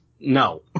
no